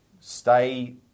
stay